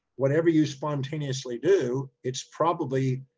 whatever you spontaneously do it's probably,